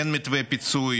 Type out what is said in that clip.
אין מתווה פיצוי